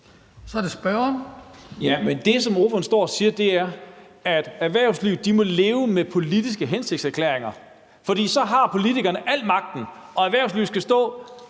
Boje Mathiesen (UFG): Jamen det, som ordføreren står og siger, er, at erhvervslivet må leve med politiske hensigtserklæringer, for så har politikerne al magten, og erhvervslivet skal stå